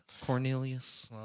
cornelius